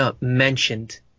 mentioned